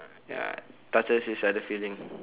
ya touches each other feeling